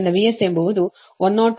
ಆದ್ದರಿಂದ VS ಎಂಬುದು 101